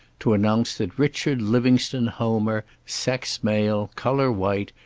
to announce that richard livingstone homer, sex male, color white,